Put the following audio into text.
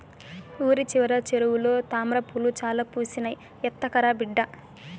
ఊరి చివర చెరువులో తామ్రపూలు చాలా పూసినాయి, ఎత్తకరా బిడ్డా